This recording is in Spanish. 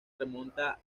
remonta